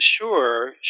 Sure